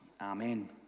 Amen